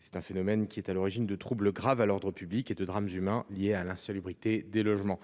Ce phénomène est à l’origine de troubles graves à l’ordre public et de drames humains liés à l’insalubrité des logements.